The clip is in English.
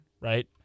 right